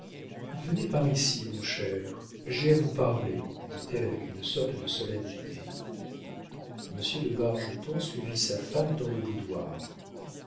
venez par ici mon cher j'ai à vous parler dit-elle avec une sorte de solennité monsieur de bargeton suivit sa femme dans le boudoir